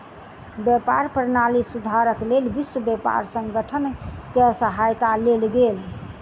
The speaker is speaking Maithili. व्यापार प्रणाली सुधारक लेल विश्व व्यापार संगठन के सहायता लेल गेल